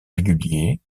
réguliers